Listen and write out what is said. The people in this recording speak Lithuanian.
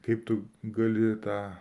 kaip tu gali tą